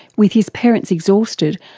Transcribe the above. with his parents exhausted,